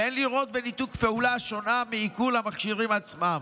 ואין לראות בניתוק פעולה השונה מעיקול המכשירים עצמם.